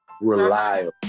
Reliable